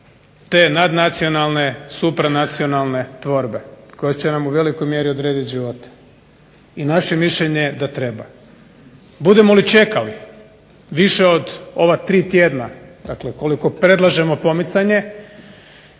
te nadnacionalne, supranacionalne tvorbe koja će nam u velikoj mjeri odrediti živote. I naše mišljenje je da treba. Budemo li čekali više od ova 3 tjedna, dakle koliko predlažemo pomicanje,